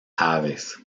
aves